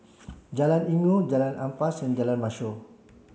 Jalan Inggu Jalan Ampas and Jalan Mashor